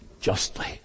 justly